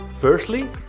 Firstly